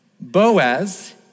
Boaz